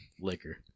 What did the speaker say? liquor